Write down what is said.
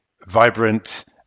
vibrant